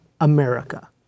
America